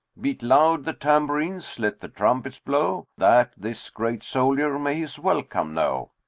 beat loud the tambourines, let the trumpets blow, that this great soldier may his welcome know.